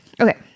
Okay